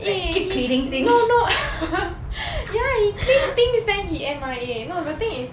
eh he no no ya he clean things then he M_I_A no the thing is